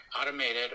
automated